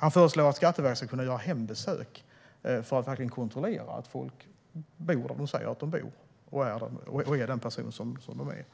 Han föreslår att Skatteverket ska kunna göra hembesök för att verkligen kontrollera att människor bor där de säger att de bor och är den person som de är.